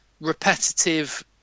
repetitive